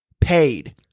paid